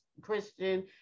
Christian